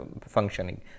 functioning